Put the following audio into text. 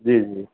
जी जी